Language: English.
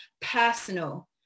personal